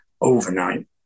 overnight